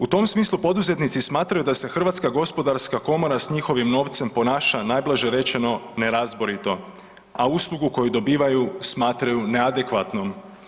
U tom smislu poduzetnici smatraju da se Hrvatska gospodarska komora s njihovim novcem ponaša najblaže rečeno nerazborito, a uslugu koju dobivaju smatraju neadekvatnom.